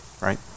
right